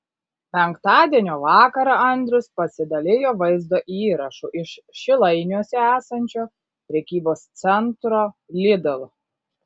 penktadienio vakarą andrius pasidalijo vaizdo įrašu iš šilainiuose esančio prekybos centro lidl